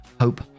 hope